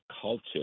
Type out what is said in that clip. culture